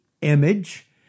image